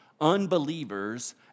unbelievers